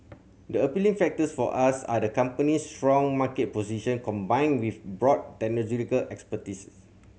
the appealing factors for us are the company's strong market position combined with broad technological expertise